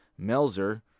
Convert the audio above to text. Melzer